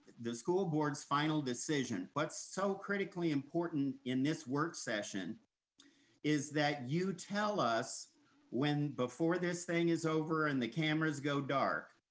the school board's final decision. what's so critically important in this work session is that you tell us before this thing is over and the cameras go dark,